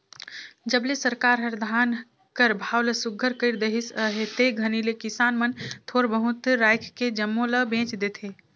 जब ले सरकार हर धान कर भाव ल सुग्घर कइर देहिस अहे ते घनी ले किसान मन थोर बहुत राएख के जम्मो ल बेच देथे